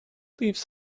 leaves